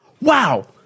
Wow